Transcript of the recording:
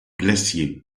glaciers